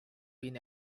been